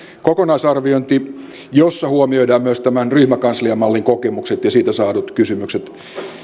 kokonaisarviointi jossa huomioidaan myös tämän ryhmäkansliamallin kokemukset ja siitä saadut kysymykset